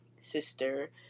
sister